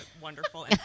wonderful